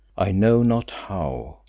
i know not how,